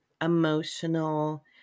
emotional